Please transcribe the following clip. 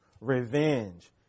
revenge